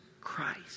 Christ